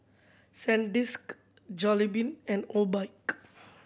Sandisk Jollibean and Obike